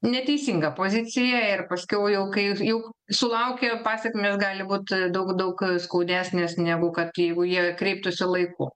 neteisinga pozicija ir paskiau jau kai jau sulaukia pasekmės gali būt daug daug skaudesnės negu kad jeigu jie kreiptųsi laiku